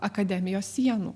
akademijos sienų